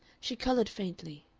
she colored faintly.